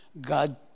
God